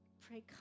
Pray